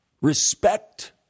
respect